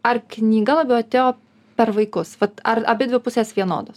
ar knyga labiau atėjo per vaikus vat ar abidvi pusės vienodos